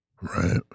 Right